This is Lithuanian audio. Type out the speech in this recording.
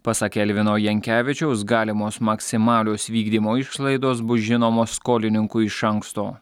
pasak elvino jankevičiaus galimos maksimalios vykdymo išlaidos bus žinomos skolininkui iš anksto